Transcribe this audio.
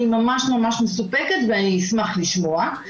אני ממש ממש מסופקת, ואני אשמח לשמוע.